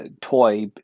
toy